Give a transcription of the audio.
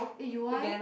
eh you want